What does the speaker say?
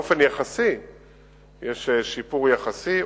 באופן יחסי יש שיפור יחסי.